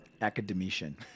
academician